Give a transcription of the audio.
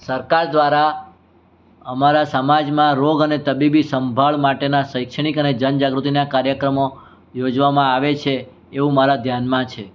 સરકાર દ્વારા અમારા સમાજમાં રોગ અને તબીબી સંભાળ માટેના શૈક્ષણિક અને જન જાગૃતિના કાર્યક્રમો યોજવામાં આવે છે એવું મારા ધ્યાનમાં છે